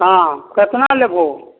हाँ कतना लेबहो